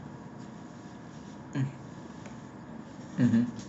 um mmhmm